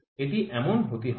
এটি এমন হতে হবে